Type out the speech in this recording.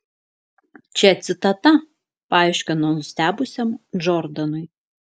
čia citata paaiškino nustebusiam džordanui